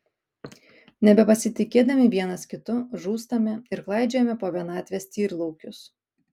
nebepasitikėdami vienas kitu žūstame ir klaidžiojame po vienatvės tyrlaukius